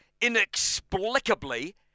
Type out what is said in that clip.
inexplicably